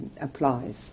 applies